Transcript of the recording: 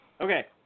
Okay